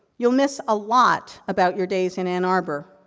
you'll miss a lot about your days in ann arbor.